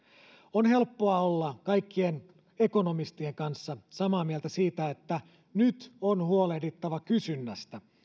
on helppoa olla kaikkien ekonomistien kanssa samaa mieltä siitä että nyt on huolehdittava kysynnästä